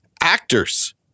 Actors